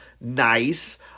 Nice